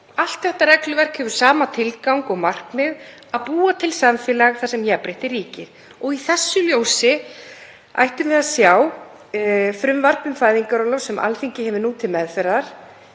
Allt þetta regluverk hefur sama tilgang og markmið: Að búa til samfélag þar sem jafnrétti ríkir. Í því ljósi ættum við að horfa á frumvarp um fæðingarorlof sem Alþingi hefur nú til meðferðar,